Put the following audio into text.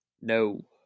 No